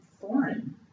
foreign